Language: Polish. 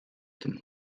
tym